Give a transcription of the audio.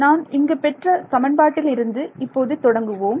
நான் இங்கு பெற்ற சமன்பாட்டில் இருந்து இப்போது தொடங்குவோம்